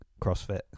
CrossFit